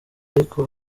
ariko